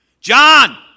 John